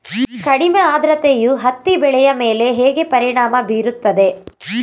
ಕಡಿಮೆ ಆದ್ರತೆಯು ಹತ್ತಿ ಬೆಳೆಯ ಮೇಲೆ ಹೇಗೆ ಪರಿಣಾಮ ಬೀರುತ್ತದೆ?